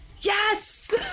Yes